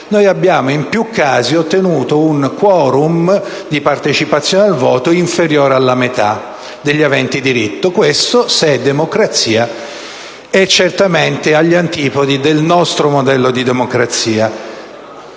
noi abbiamo, in più casi, ottenuto una percentuale di partecipazione al voto inferiore alla metà degli aventi diritto. Se questa è democrazia, è certamente agli antipodi del nostro modello di democrazia.